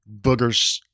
boogers